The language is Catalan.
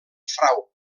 frau